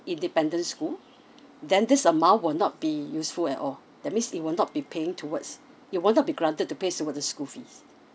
independent school then this amount will not be useful at all that means it will not be paying towards you want to be granted to pay some of the school fees